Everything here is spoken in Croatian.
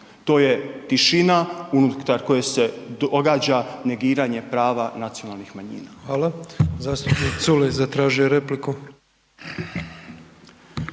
To je tišina unutar koje se događa negiranje prava nacionalnih manjina.